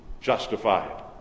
justified